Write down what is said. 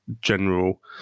general